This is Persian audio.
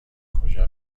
کجا